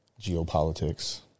geopolitics